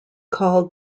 called